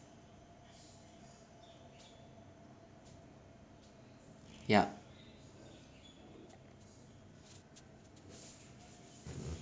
yup